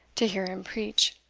to hear him preach.